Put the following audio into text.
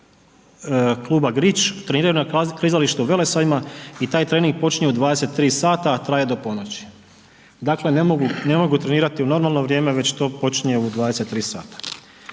Kluba Grič treniraju na klizalištu Velesajma i taj trening počinje u 23 sata, a traje do ponoći. Dakle, ne mogu trenirati u normalno vrijeme, već to počinje u 23 sata.